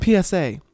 psa